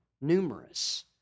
Numerous